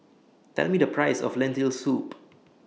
Tell Me The Price of Lentil Soup